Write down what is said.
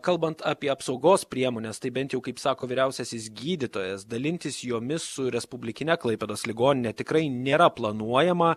kalbant apie apsaugos priemones tai bent jau kaip sako vyriausiasis gydytojas dalintis jomis su respublikine klaipėdos ligonine tikrai nėra planuojama